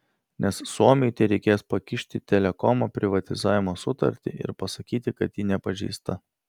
nes suomiui tereikės pakišti telekomo privatizavimo sutartį ir pasakyti kad ji nepažeista